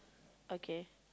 okay